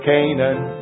Canaan